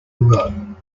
row